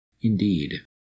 Indeed